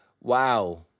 wow